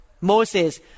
Moses